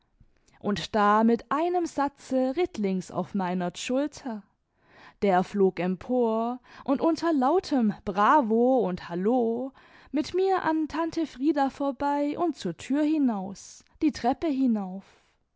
und da mit einem satze rittlings auf meinerts schulter der flog empor und unter lautem bravo und hallo mit mir an tante frieda vorbei und zur tür hinaus die treppe hinauf